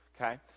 okay